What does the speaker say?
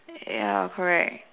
ya correct